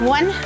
One